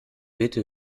bitte